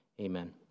Amen